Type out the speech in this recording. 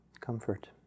comfort